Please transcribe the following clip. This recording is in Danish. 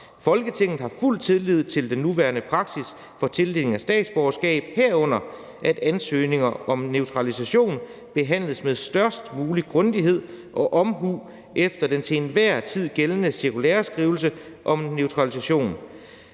Folketinget har fuld tillid til den nuværende praksis for tildeling af statsborgerskab, herunder at ansøgninger om naturalisation behandles med størst mulig grundighed og omhu efter den til enhver tid gældende cirkulæreskrivelse om naturalisation.